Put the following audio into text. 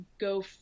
go